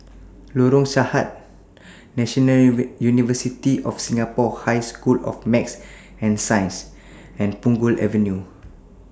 Lorong Sarhad National University of Singapore High School of Math and Science and Punggol Avenue